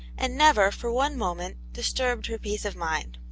and never, for one moment, disturbed her peace of mind.